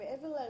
להרכב,